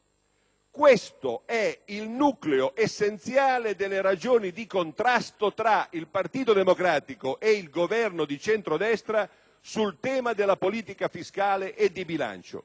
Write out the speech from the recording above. è il nucleo essenziale delle ragioni di contrasto tra il Partito Democratico e il Governo di centrodestra sul tema della politica fiscale e di bilancio.